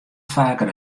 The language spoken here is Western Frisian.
faker